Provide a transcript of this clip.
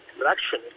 election